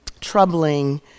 troubling